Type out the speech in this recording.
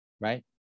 right